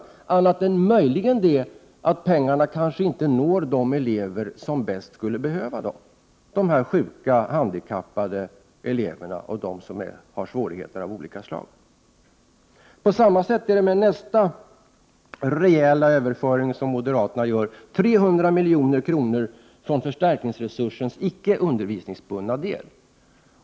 Den enda skillnaden är möjligen att pengarna kanske inte når de elever som bäst skulle behöva dem, dvs. de sjuka, de handikappade eller de som har svårigheter av olika slag. På samma sätt är det med nästa rejäla överföring som moderaterna vill göra. 300 milj.kr. skall tas från förstärkningsresursens icke undervisningsbundna del.